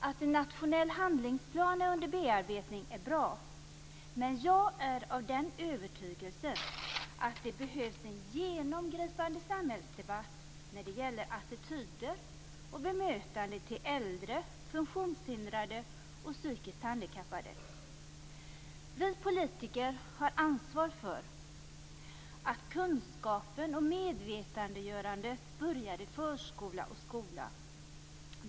Att en nationell handlingsplan är under bearbetning är bra, men jag är av den övertygelsen att det behövs en genomgripande samhällsdebatt när det gäller attityder till och bemötande av äldre funktionshindrade och psykiskt handikappade. Vi politiker har ansvar för att kunskapen och medvetandegörandet börjar i förskola och skola.